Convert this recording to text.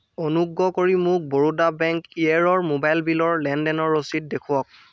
অনুগ্ৰহ কৰি মোক বৰোদা বেংক ইয়েৰৰ মোবাইল বিলৰ লেনদেনৰ ৰচিদ দেখুৱাওক